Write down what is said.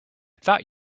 thought